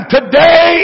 Today